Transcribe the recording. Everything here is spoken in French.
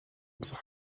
dix